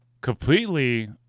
completely